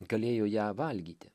galėjo ją valgyti